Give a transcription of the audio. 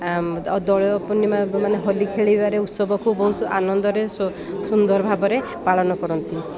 ଦୋଳୀୟ ପୂର୍ଣ୍ଣିମା ମାନେ ହୋଲି ଖେଳିବାରେ ଉତ୍ସବକୁ ବହୁତ ଆନନ୍ଦରେ ସୁନ୍ଦର ଭାବରେ ପାଳନ କରନ୍ତି